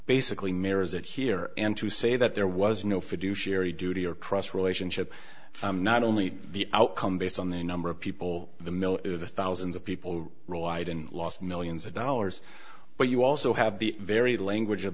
basically mirrors that here and to say that there was no fiduciary duty or trust relationship not only the outcome based on the number of people the mill the thousands of people relied and lost millions of dollars but you also have the very language of